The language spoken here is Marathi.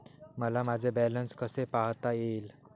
मला माझे बॅलन्स कसे पाहता येईल?